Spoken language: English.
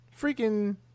freaking